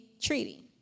treaty